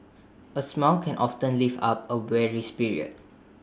A smile can often lift up A weary spirit